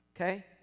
Okay